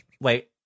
wait